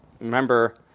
Remember